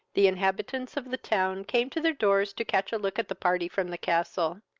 the inhabitants of the town came to their doors to catch a look at the party from the castle.